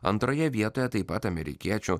antroje vietoje taip pat amerikiečių